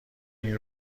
این